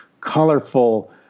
colorful